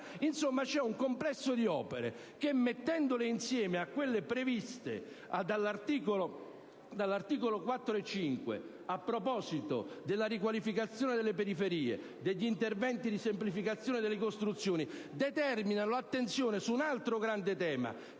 Insomma, c'è un complesso di opere che, se messe insieme a quelle previste dagli articoli 4 e 5 a proposito della riqualificazione delle periferie e degli interventi di semplificazione delle costruzioni, portano a focalizzare l'attenzione su un altro grande tema,